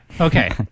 okay